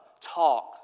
talk